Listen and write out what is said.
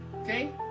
okay